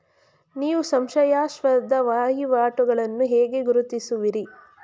ನೀವು ಸಂಶಯಾಸ್ಪದ ವಹಿವಾಟುಗಳನ್ನು ಹೇಗೆ ಗುರುತಿಸುವಿರಿ?